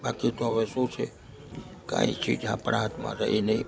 બાકી તો હવે શું છે કોઈ ચીજ આપણા હાથમાં રહી નહીં